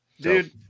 Dude